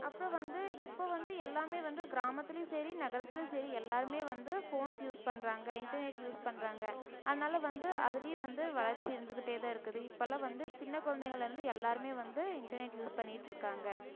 அப்புறம் வந்து இப்போ வந்து எல்லாமே வந்து கிராமத்துலேயும் சரி நகரத்துலேயும் சரி எல்லாேருமே வந்து ஃபோன்ஸ் யூஸ் பண்ணுறாங்க இன்டர்நெட் யூஸ் பண்ணுறாங்க அதனால் வந்து அதிலயும் வந்து வளர்ச்சி இருந்துகிட்டேதான் இருக்குது இப்பெலாம் வந்து சின்ன குழந்தைங்களிலருந்து எல்லாேருமே வந்து இன்டர்நெட் யூஸ் பண்ணிக்கிட்டிருக்காங்க